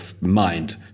mind